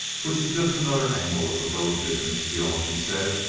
which is just another angle of the road business, he often said,